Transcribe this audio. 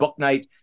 Booknight